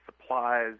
supplies